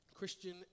Christian